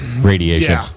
Radiation